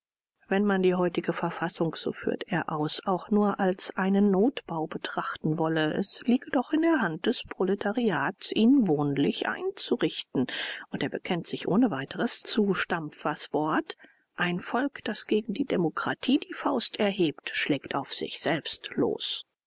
wenn man die heutige verfassung so führt er aus auch nur als einen notbau betrachten wolle es liege doch in der hand des proletariats ihn wohnlich einzurichten und er bekennt sich ohne weiteres zu stampfers wort ein volk das gegen die demokratie die faust erhebt schlägt auf sich selbst los